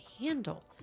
handle